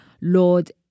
Lord